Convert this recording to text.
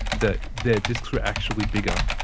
that their discs were actually bigger.